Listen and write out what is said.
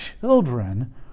children